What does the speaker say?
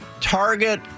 Target